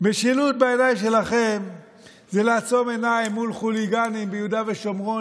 משילות בעיניים שלכם זה לעצום עיניים מול חוליגנים ביהודה ושומרון